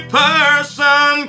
person